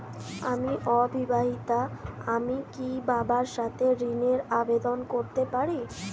আমি অবিবাহিতা আমি কি বাবার সাথে ঋণের আবেদন করতে পারি?